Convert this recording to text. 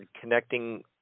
connecting